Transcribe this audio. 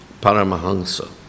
Paramahansa